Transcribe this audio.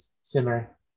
simmer